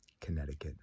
connecticut